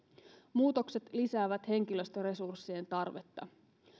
muutokset lisäävät henkilöstöresurssien tarvetta